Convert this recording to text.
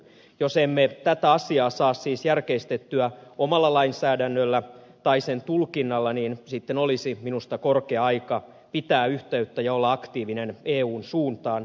jos emme tätä asiaa saa siis järkeistettyä omalla lainsäädännöllä tai sen tulkinnalla niin sitten olisi minusta korkea aika pitää yhteyttä ja olla aktiivinen eun suuntaan